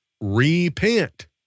repent